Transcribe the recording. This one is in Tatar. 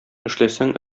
эшләсәң